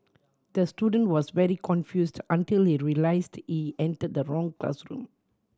the student was very confused until he realised he entered the wrong classroom